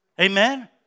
Amen